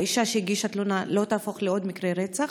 האישה שהגישה תלונה לא תהפוך לעוד מקרה רצח?